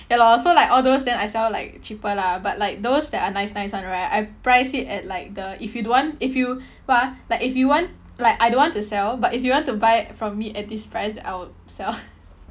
ya lor so like all those then I sell like cheaper lah but like those that are nice nice [one] right I price it at like the if you don't want if you what ah like if you want like I don't want to sell but if you want to buy from me at this price then I would sell